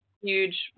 huge